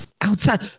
Outside